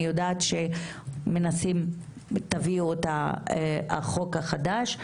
אני יודעת שמנסים תביאו את החוק החדש,